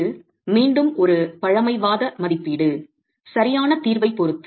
இது மீண்டும் ஒரு பழமைவாத மதிப்பீடு சரியான தீர்வை பொறுத்து